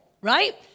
Right